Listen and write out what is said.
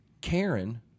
Karen